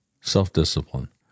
Self-discipline